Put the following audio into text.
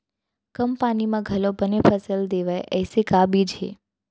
कम पानी मा घलव बने फसल देवय ऐसे का बीज हे?